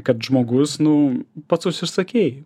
kad žmogus nu pats užsisakei